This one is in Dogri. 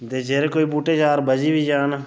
जेकर बूह्टे चार बची बी जान